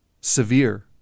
severe